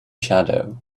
shadow